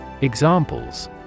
Examples